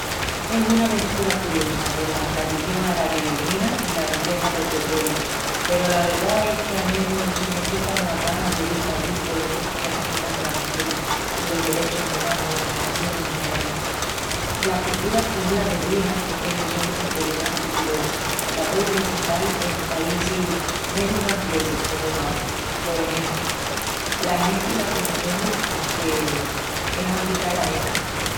Es una mestura curiosa dela tradición arabi beduína i la riqueza del petroliu. Peru la verdá es que a megu se me quitan las ganas de dil pallí polo pocu que respetan alas mugeris i los derechus umanus, assín en general. La coltura pos es la beduina, que tien de sel enteressanti peru la pueu vesital en paísis menus ranciosus comu Omán, por exempru. La genti la conocemus porque es andi cai La Meca.